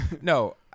no